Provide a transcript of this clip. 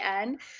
end